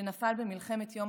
שנפל במלחמת יום